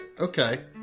Okay